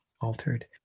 altered